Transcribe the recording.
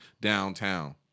downtown